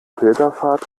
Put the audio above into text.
pilgerpfad